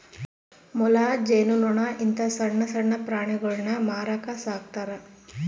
ಮೊಲ, ಜೇನು ನೊಣ ಇಂತ ಸಣ್ಣಣ್ಣ ಪ್ರಾಣಿಗುಳ್ನ ಮಾರಕ ಸಾಕ್ತರಾ